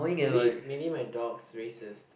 maybe maybe my dog's racist